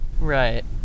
Right